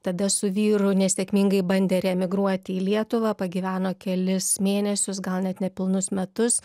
tada su vyru nesėkmingai bandė reemigruoti į lietuvą pagyveno kelis mėnesius gal net nepilnus metus